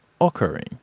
occurring